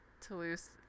Toulouse